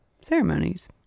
ceremonies